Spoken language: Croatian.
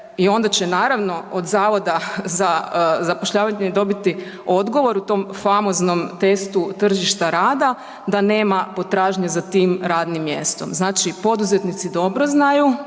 i onda će naravno od zavoda za zapošljavanje dobiti odgovor o tom famoznom testu tržišta rada, da nema potražnje za tim radnim mjestom. Znači poduzetnici dobro znaju